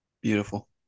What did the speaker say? beautiful